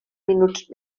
minuts